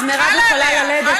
אז מירב יכולה ללדת,